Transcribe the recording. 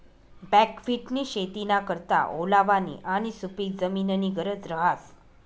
बकव्हिटनी शेतीना करता ओलावानी आणि सुपिक जमीननी गरज रहास